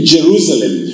Jerusalem